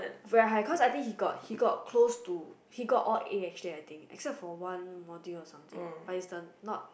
very high cause I think he got he got close to he got all A actually I think except for one module or something but is the not